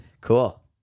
cool